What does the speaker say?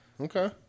Okay